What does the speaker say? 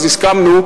אז הסכמנו,